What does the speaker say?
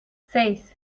seis